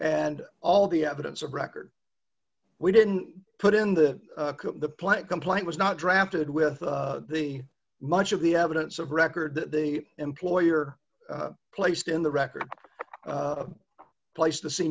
and all the evidence of record we didn't put in the the plant complaint was not drafted with the much of the evidence of record that the employer placed in the record placed the se